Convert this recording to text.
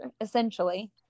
essentially